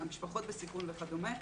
משפחות בסיכון וכדומה.